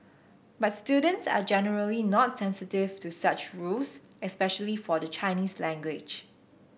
but students are generally not sensitive to such rules especially for the Chinese language